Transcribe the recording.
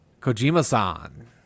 Kojima-san